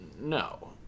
No